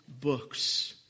books